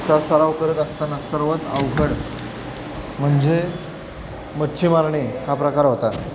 चा सराव करत असताना सर्वात अवघड म्हणजे मच्छी मारणे हा प्रकार होता